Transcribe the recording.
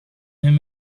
him